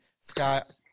Scott